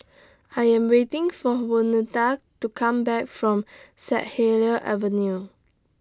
I Am waiting For Waneta to Come Back from Saint Helier's Avenue